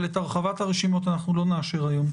את הרחבת הרשימות אנחנו לא נאשר היום.